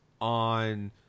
on